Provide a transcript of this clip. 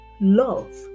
love